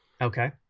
Okay